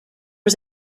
was